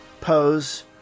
pose